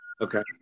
Okay